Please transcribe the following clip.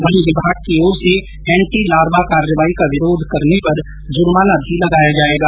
वहीं विभाग की ओर से एंटी लार्वा कार्रवाई का प्रतिरोध करने पर जुर्माना भी लगाया जायेगा